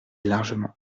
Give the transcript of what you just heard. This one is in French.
largement